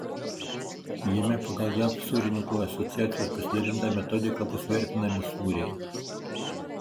jame pagal jav sūrininkų asociacijos pasidalintą metodiką bus vertinami sūriai